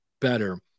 better